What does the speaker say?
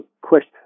question